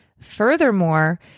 Furthermore